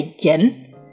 again